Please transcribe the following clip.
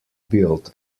build